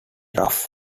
rough